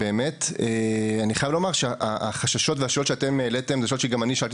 אני חייב לומר שהחששות והשאלות שאתם העליתם אלה שאלות שגם אני שאלתי